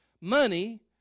money